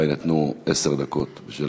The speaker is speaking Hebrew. גם לך יינתנו עשר דקות.